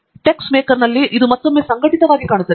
ಟೆಕ್ಸ್ವರ್ಕ್ಸ್ನಲ್ಲಿ ಇದು ಮತ್ತೊಮ್ಮೆ ಸಂಘಟಿತವಾಗಿ ಕಾಣುತ್ತದೆ